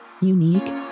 unique